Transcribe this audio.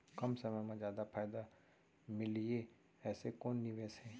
कम समय मा जादा फायदा मिलए ऐसे कोन निवेश हे?